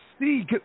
see